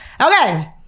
okay